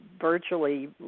virtually